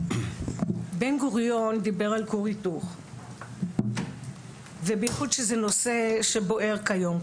בן גוריון דיבר על כור היתוך ובייחוד שזה נושא שבוער כיום,